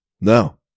No